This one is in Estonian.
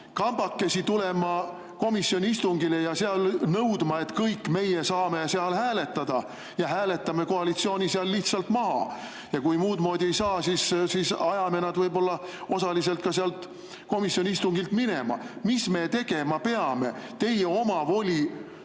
kambakesi tulema komisjoni istungile ja seal nõudma, et me kõik saaksime seal hääletada, ja hääletama koalitsiooni seal lihtsalt maha, ning kui muud moodi ei saa, siis ajama nad võib-olla osaliselt sealt komisjoni istungilt minema? Mis me tegema peame teie omavoli